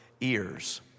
ears